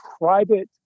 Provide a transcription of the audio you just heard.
private